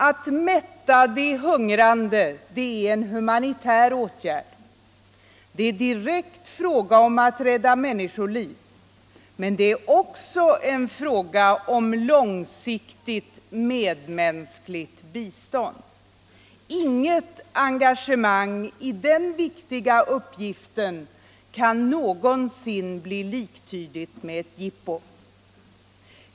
Att mätta de hungrande är en humanitär åtgärd, det är direkt fråga om att rädda människoliv, men det är också en fråga om långsiktigt medmänskligt bistånd. Inget engagemang i den viktiga uppgiften kan någonsin bli liktydigt med ett jippo.